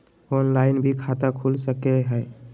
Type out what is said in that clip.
Online भी खाता खूल सके हय?